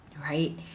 right